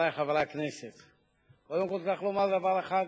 של האוצר ושל המדינה, ובו הם צריכים להתערב.